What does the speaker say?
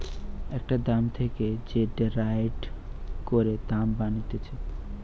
একটা দাম থেকে যে ডেরাইভ করে দাম বানাতিছে